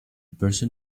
person